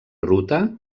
ruta